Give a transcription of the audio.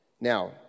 Now